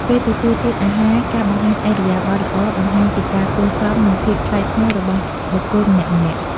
ពេលទទួលទានអាហារការបង្ហាញឥរិយាបថល្អបង្ហាញពីការគួរសម និងភាពថ្លៃថ្នូររបស់បុគ្គលម្នាក់ៗ។